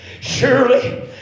Surely